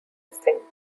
missing